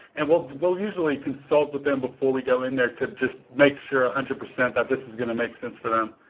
and we'll we'll usually consult with them before we go in there to just make sure one ah hundred percent that this is going to make sense for them.